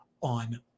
on